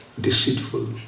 deceitful